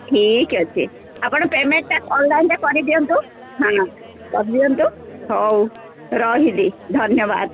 ଠିକ୍ ଅଛି ଆପଣ ପେମେଣ୍ଟ୍ଟା ଅନଲାଇନ୍ରେ କରିଦିଅନ୍ତୁ ହଁ କରିଦିଅନ୍ତୁ ହଉ ରହିଲି ଧନ୍ୟବାଦ